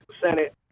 Senate